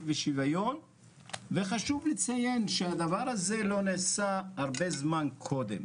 ושוויון וחשוב לציין שהדבר הזה לא נעשה הרבה זמן קודם.